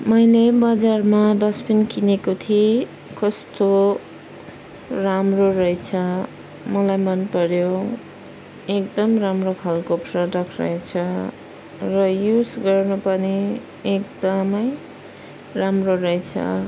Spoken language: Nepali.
मैले बजारमा डस्टबिन किनेको थिएँ कस्तो राम्रो रहेछ मलाई मन पऱ्यो एकदम राम्रो खालको प्रडक्ट रहेछ र युज गर्नु पनि एकदमै राम्रो रहेछ